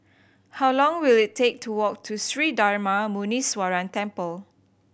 how long will it take to walk to Sri Darma Muneeswaran Temple